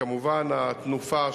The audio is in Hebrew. כמו כן, דברי כבוד השר.